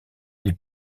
les